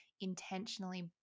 intentionally